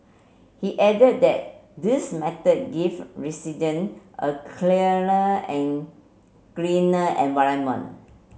he added that this method give resident a cleaner and greener environment